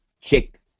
Chick